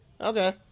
Okay